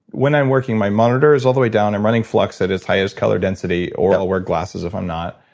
when i'm working, my monitor is all the way down. i'm running f lux at its highest color density, or i'll wear glasses if i'm not.